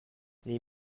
les